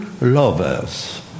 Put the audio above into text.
lovers